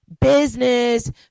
Business